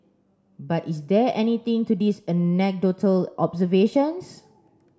but is there anything to these anecdotal observations